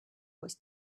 was